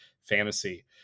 fantasy